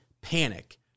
panic